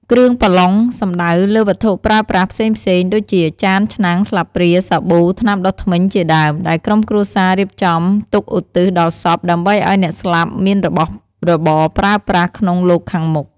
គ្រឿងបន្លុងសំដៅលើវត្ថុប្រើប្រាស់ផ្សេងៗ ដូចជា ចាន ឆ្នាំង ស្លាបព្រា សាប៊ូ ថ្នាំដុសធ្មេញ ជាដើម ដែលក្រុមគ្រួសាររៀបចំទុកឧទ្ទិសដល់សព ដើម្បីឱ្យអ្នកស្លាប់មានរបស់របរប្រើប្រាស់ក្នុងលោកខាងមុខ។